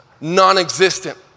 non-existent